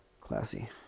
Classy